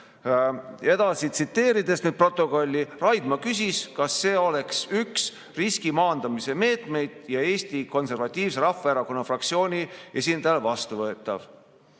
Edasi, tsiteerides protokolli: "Raidma küsis, kas see oleks üks riski maandamise meetmeid ja Eesti Konservatiivse Rahvaerakonna fraktsiooni esindajale vastuvõetav."